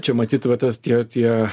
čia matyt va tas tie tie